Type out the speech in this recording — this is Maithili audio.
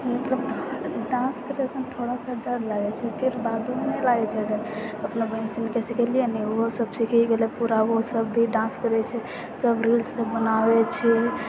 मतलब डान्स करैके थोड़ा सा डर लागै छै फिर बादऽमे नहि लागै छै डर पाना बहिनसबके सिखेलिए ने ओहोसब सीखि गेलै पूरा ओसब भी डान्स करै छै सब रील्ससब बनाबै छिए